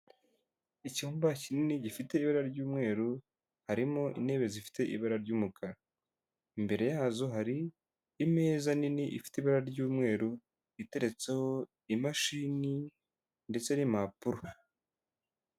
Icyumba kinini gifite ibara ry'umweru harimo intebe zifite ibara ry'umukara, imbere yazo hari imeza nini ifite ibara ry'umweru iteretseho imashini ndetse n'impapuro.